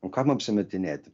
o kam apsimetinėti